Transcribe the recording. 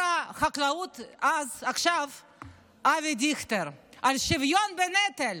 החקלאות עכשיו אבי דיכטר על שוויון בנטל.